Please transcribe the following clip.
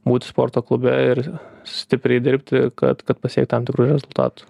būti sporto klube ir stipriai dirbti kad kad pasiekt tam tikrų rezultatų